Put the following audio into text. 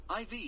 IV